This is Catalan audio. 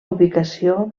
ubicació